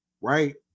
right